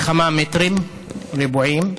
בכמה מטרים רבועים.